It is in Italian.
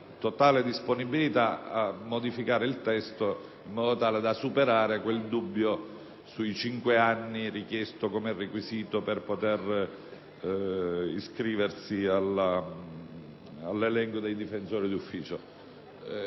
totale disponibilità a modificare il testo in modo tale da superare quel dubbio sui cinque anni richiesti come requisito per potersi iscrivere all'elenco dei difensori d'ufficio.